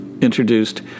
introduced